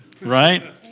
right